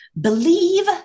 Believe